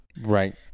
Right